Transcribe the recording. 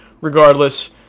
regardless